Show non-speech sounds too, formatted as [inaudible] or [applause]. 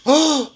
[noise]